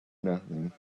nothing